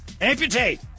Amputate